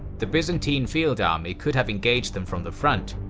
the byzantine field army could have engaged them from the front,